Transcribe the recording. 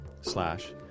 slash